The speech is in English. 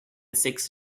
six